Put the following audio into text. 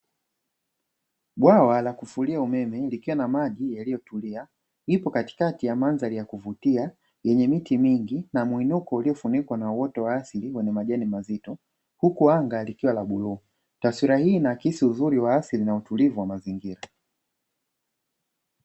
Bwawa la kufulia umeme likiwa na maji yaliyotulia, lipo katikati ya mandhari ya kuvutia yenye miti mingi na muinuko iliyofunikwa na uoto wa asili wenye majani mazito, huku anga likiwa la bluu. Taswira hii inaakisi uzuri wa asili na utulivu wa mazingira.